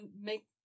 make